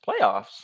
Playoffs